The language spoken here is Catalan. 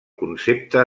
concepte